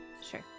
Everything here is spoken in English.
Sure